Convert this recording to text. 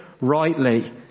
rightly